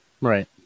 Right